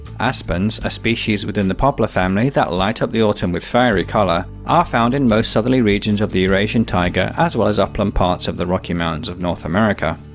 aspens, a species within the poplar family that light up the autumn with fiery colour, are found in most southerly regions of the eurasian taiga, as well as upland parts of the rocky mountains of north america.